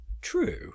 True